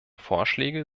vorschläge